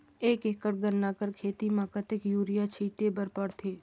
एक एकड़ गन्ना कर खेती म कतेक युरिया छिंटे बर पड़थे?